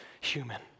human